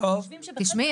אנחנו חושבים -- תשמעי,